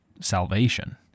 salvation